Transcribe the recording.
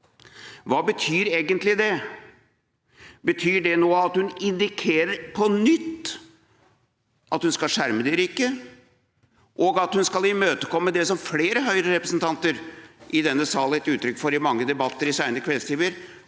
Hva betyr egentlig det? Betyr det at hun nå indikerer – på nytt – at hun skal skjerme de rike, og at hun skal imøtekomme det som flere Høyre-representanter i denne sal har gitt uttrykk for i mange debatter i sene kveldstimer: